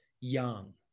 young